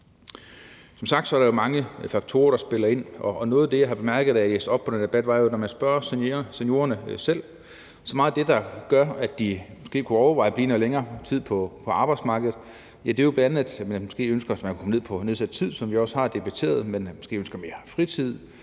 Som sagt er der jo mange faktorer, der spiller ind. Og noget af det, jeg har bemærket, da jeg læste op på den her debat, er, at når man spørger seniorerne selv, er meget af det, der gør, at de måske kunne overveje at blive noget længere tid på arbejdsmarkedet, bl.a. at de kan komme på nedsat tid – som vi også har debatteret – og at de kan få mere fritid,